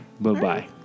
Bye-bye